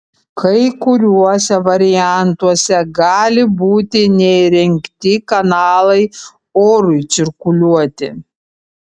kai kuriuose variantuose gali būti neįrengti kanalai orui cirkuliuoti